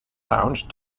lounge